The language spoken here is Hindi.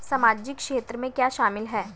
सामाजिक क्षेत्र में क्या शामिल है?